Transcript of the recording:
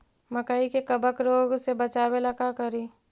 मकई के कबक रोग से बचाबे ला का करि?